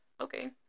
okay